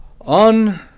On